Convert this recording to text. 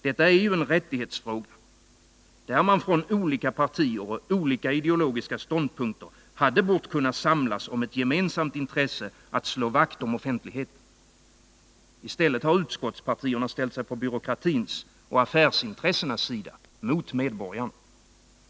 Detta är ju en rättighetsfråga, där man från olika partier och olika ideologiska ståndpunkter borde ha kunnat samlas om ett gemensamt intresse för att slå vakt om offentligheten. I stället har utskottspartierna ställt sig på byråkratins och affärsintressenas sida mot medborgarna.